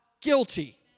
guilty